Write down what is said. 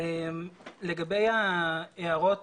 לגבי ההערות